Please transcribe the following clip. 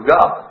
God